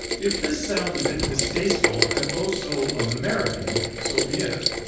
if this sounds a bit distasteful, and oh so american, so be it.